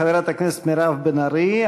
חברת הכנסת מירב בן ארי.